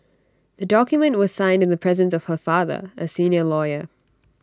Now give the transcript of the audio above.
the document was signed in the presence of her father A senior lawyer